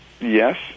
yes